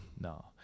No